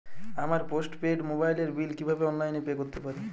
আমার post paid মোবাইলের বিল কীভাবে অনলাইনে পে করতে পারি?